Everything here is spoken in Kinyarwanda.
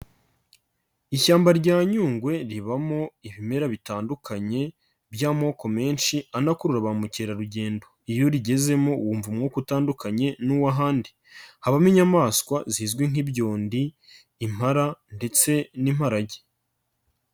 Ishyamba rya Nyungwe ribamo ibimera bitandukanye by'amoko menshi ano anakurura ba mukerarugendo, iyo urigezemo wumva umwuka utandukanye n'uw'ahandi, habamo inyamaswa zizwi nk'ibyondi, impara ndetse n'imparage.